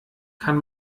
kann